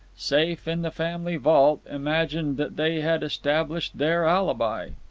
safe in the family vault, imagined that they had established their alibi.